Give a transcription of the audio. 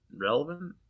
relevant